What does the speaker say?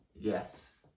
Yes